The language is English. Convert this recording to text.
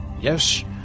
Yes